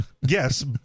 yes